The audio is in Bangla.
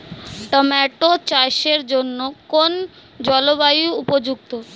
টোমাটো চাষের জন্য কোন জলবায়ু উপযুক্ত?